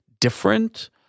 different